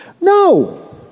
No